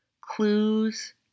clues